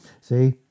See